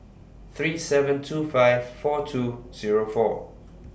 three seven two five four two Zero four